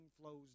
flows